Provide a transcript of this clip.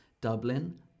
Dublin